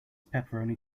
pepperoni